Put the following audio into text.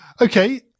Okay